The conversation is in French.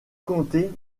compter